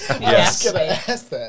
yes